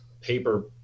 paper